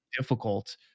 difficult